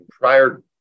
prior